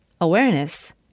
awareness